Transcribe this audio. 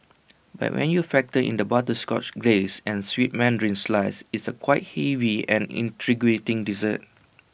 but when you factor in the butterscotch glace and sweet Mandarin slices it's quite A heavy and intriguing dessert